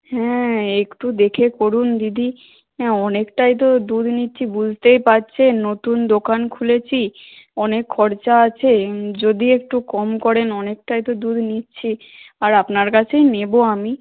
হ্যাঁ একটু দেখে করুন দিদি অনেকটাই তো দুধ নিচ্ছি বুঝতেই পারছেন নতুন দোকান খুলেছি অনেক খরচা আছে যদি একটু কম করেন অনেকটাই তো দুধ নিচ্ছি আর আপনার কাছেই নেব আমি